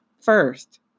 first